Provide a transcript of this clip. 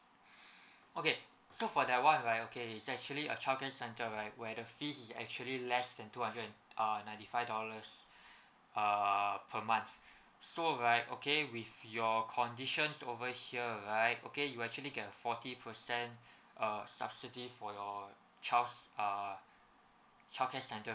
okay so for that one right okay is actually a childcare center right where the fees is actually less than two hundred and uh ninety five dollars err per month so right okay with your conditions over here right okay you actually get a foruty percent uh subsidy for your child's uh childcare centre